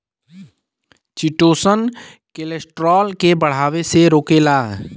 chitosan cholesterol के बढ़ले से रोकेला